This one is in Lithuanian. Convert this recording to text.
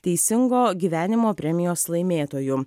teisingo gyvenimo premijos laimėtojų